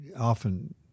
often